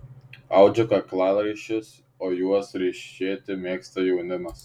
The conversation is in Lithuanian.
audžiu kaklaraiščius o juos ryšėti mėgsta jaunimas